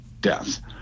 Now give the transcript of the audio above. death